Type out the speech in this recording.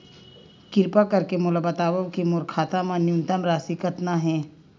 किरपा करके मोला बतावव कि मोर खाता मा न्यूनतम राशि कतना हे